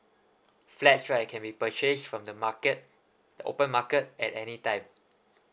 flats right can be purchase from the market the open market at any time